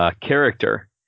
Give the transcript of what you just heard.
character